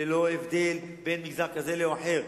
ללא הבדל בין מגזר כזה לאחר.